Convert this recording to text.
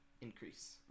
increase